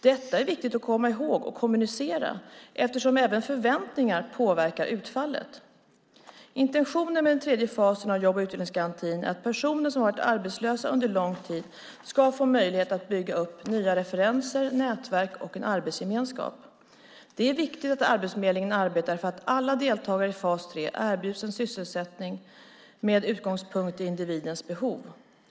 Detta är viktigt att komma ihåg och kommunicera, eftersom även förväntningar påverkar utfallet. Intentionen med den tredje fasen av jobb och utvecklingsgarantin är att personer som har varit arbetslösa under lång tid ska få möjlighet att bygga upp nya referenser, nätverk och en arbetsgemenskap. Det är viktigt att Arbetsförmedlingen arbetar för att alla deltagare i fas 3 erbjuds en sysselsättning med utgångspunkt i individens behov.